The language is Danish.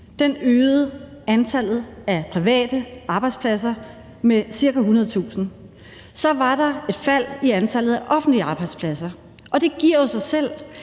øgede antallet af private arbejdspladser med ca. 100.000. Så var der et fald i antallet af offentlige arbejdspladser, og det giver jo sig selv,